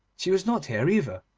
she was not here either.